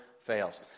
fails